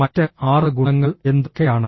മറ്റ് 6 ഗുണങ്ങൾ എന്തൊക്കെയാണ്